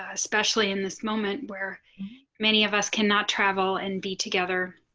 especially in this moment where many of us cannot travel and be together.